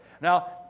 Now